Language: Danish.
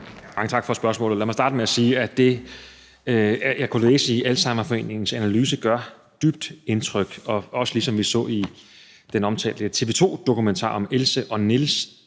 tak for spørgsmålet. Lad mig starte med at sige, at det, som jeg kunne læse i Alzheimerforeningens analyse, gør et dybt indtryk, og ligesom med det, som vi så i den omtalte TV 2-dokumentar om Else og Niels,